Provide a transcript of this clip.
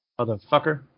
Motherfucker